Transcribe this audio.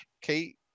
Kate